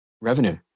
revenue